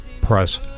press